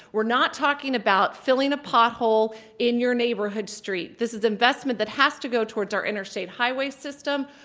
we're not talking about filling a pothole in your neighborhood street. this is investment that has to go towards our interstate highway system,